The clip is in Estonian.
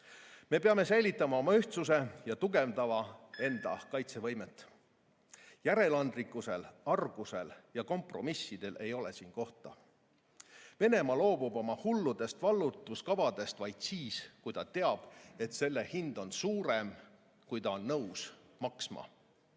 Me peame säilitama oma ühtsuse ja tugevdama enda kaitsevõimet. Järeleandlikkusel, argusel ja kompromissidel ei ole siin kohta. Venemaa loobub oma hulludest vallutuskavadest vaid siis, kui ta teab, et selle hind on suurem, kui ta on nõus maksma.